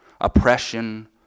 Oppression